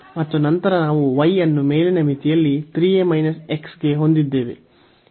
ಮತ್ತು ನಂತರ ನಾವು y ಅನ್ನು ಮೇಲಿನ ಮಿತಿಯಲ್ಲಿ 3a x ಗೆ ಹೊಂದಿದ್ದೇವೆ